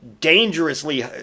dangerously